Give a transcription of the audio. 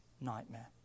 nightmare